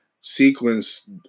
sequence